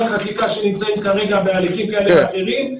חקיקה שנמצאים כרגע בהליכים כאלה ואחרים.